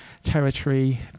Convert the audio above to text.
territory